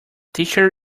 teacher